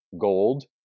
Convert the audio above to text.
gold